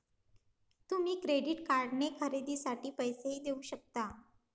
तुम्ही क्रेडिट कार्डने खरेदीसाठी पैसेही देऊ शकता